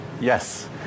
Yes